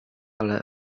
ale